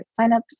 signups